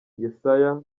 yessayah